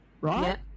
Right